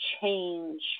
change